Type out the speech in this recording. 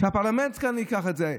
שהפרלמנט ייקח את זה.